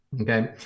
okay